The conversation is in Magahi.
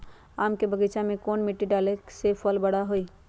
आम के बगीचा में कौन मिट्टी डाले से फल बारा बारा होई?